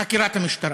חקירת המשטרה.